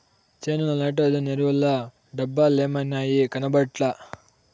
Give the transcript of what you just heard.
చేనుల నైట్రోజన్ ఎరువుల డబ్బలేమైనాయి, కనబట్లా